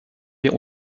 wir